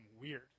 weird